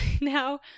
now